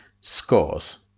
scores